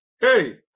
Hey